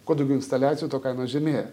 kuo daugiau instaliacijų tuo kaina žemėja